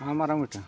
ᱦᱮᱸ ᱢᱟᱨᱟᱝ ᱵᱮᱴᱟ